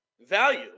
value